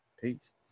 Peace